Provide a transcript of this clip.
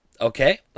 Okay